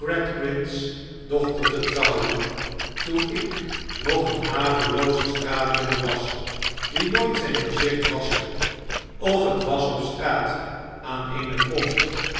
dochter te trouwen toen ik nog een havelooze straatjongen was die nooitzijn gezicht waschte of het was op straat aan eene pomp